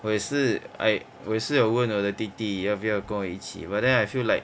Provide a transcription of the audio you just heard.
我也是 I 我也是有问我的弟弟要不要跟我一起 but then I feel like